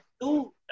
two